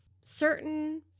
certain